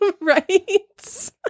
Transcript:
Right